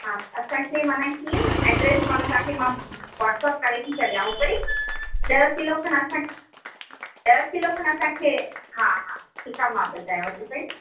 हा असांखे माना कीअं एड्रेस माना तव्हांखे मां वॉट्सप करे थी छॾियांव पई ॾह किलो खनि असांखे ॾह किलो खनि असां खे हा हा ठीकु आहे मां ॿुधायांव थी पई